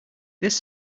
this